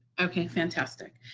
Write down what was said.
okay. fantastic.